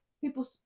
people